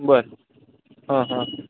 बरं हां हां